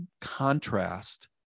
contrast